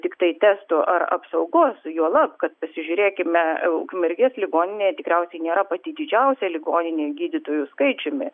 tiktai testų ar apsaugos juolab kad pasižiūrėkime ukmergės ligoninė tikriausiai nėra pati didžiausia ligoninių gydytojų skaičiumi